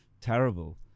Terrible